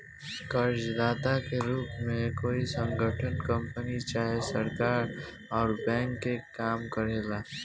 कर्जदाता के रूप में कोई संगठन, कंपनी चाहे सरकार अउर बैंक के काम करेले